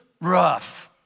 rough